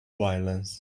violence